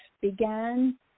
began